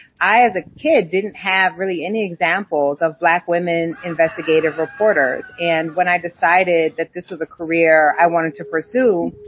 i, as a kid, didn't have really any examples of black women investigative reporters. and when i decided that this was a career i wanted to pursue,